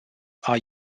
are